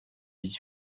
dix